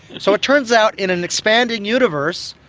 so it turns out in an expanding universe,